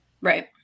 Right